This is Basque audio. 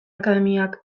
akademiak